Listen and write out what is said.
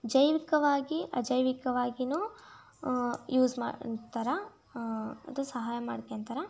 ಜೈವಿಕವಾಗಿ ಅಜೈವಿಕವಾಗಿಯೂ ಯೂಸ್ ಮಾಡ್ತಾರೆ ಅದು ಸಹಾಯ ಮಾಡ್ಕೊಂತಾರೆ